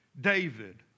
David